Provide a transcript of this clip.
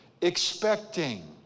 expecting